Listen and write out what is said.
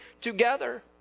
together